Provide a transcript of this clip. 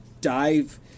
dive